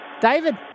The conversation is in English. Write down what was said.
David